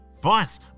Boss